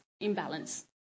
imbalance